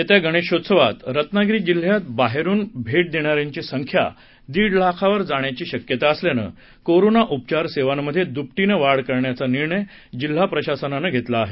येत्या गणेशोत्सवात रत्नागिरी जिल्ह्यात बाहेरुन भेट देणाऱ्यांची संख्या दीड लाखावर जाण्याची शक्यता असल्यानं कोरोना उपचार सेवांमध्ये दुपटीने वाढ करण्याचा निर्णय जिल्हा प्रशासनानं घेतला आहे